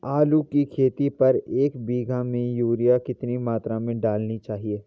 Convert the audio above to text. आलू की खेती पर एक बीघा में यूरिया की कितनी मात्रा डालनी चाहिए?